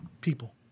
people